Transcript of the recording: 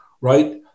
right